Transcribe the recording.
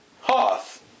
Hoth